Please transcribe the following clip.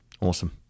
awesome